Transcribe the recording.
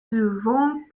souvent